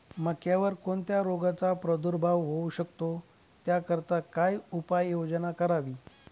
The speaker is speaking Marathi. मक्यावर कोणत्या रोगाचा प्रादुर्भाव होऊ शकतो? त्याकरिता काय उपाययोजना करावी?